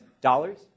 dollars